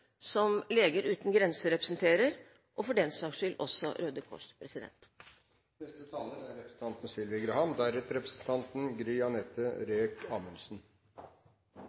som Leger Uten Grenser representerer, og for den saks skyld også Røde Kors.